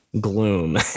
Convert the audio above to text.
gloom